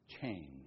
change